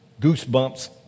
goosebumps